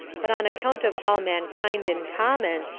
but on account of all mankind in common,